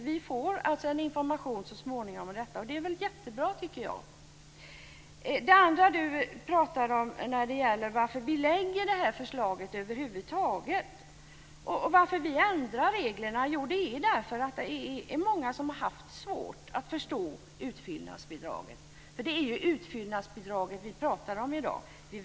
Vi får alltså en information om detta så småningom. Det tycker jag är jättebra. Sedan frågade Cecilia Magnusson varför vi över huvud taget lägger fram det här förslaget och varför vi ändrar reglerna. Jo, det är därför det finns många som har haft svårt att förstå utfyllnadsbidraget. Det är ju utfyllnadsbidraget vid växelvis boende som vi pratar om i dag.